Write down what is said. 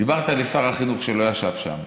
דיברת אל שר החינוך, שלא ישב שם,